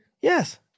Yes